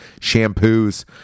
shampoos